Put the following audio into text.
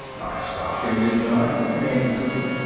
i stopped him, didn't i? demanded cooper.